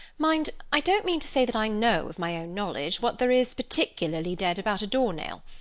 mind! i don't mean to say that i know, of my own knowledge, what there is particularly dead about a door-nail.